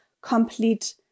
complete